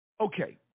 okay